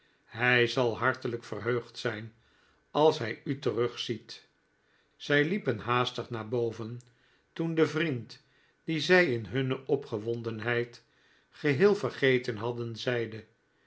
hij zal hartelijk verheugd zijn als hy u terugziet zij liepen haastig naar boven toen de vriend dien zij in hunne opgewondenheid geheel vergeten hadden zeide